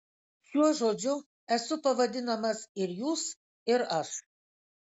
šiuo žodžiu esu pavadinamas ir jūs ir aš